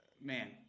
man